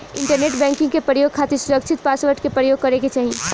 internet banking के प्रयोग खातिर सुरकछित पासवर्ड के परयोग करे के चाही